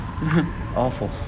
Awful